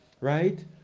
right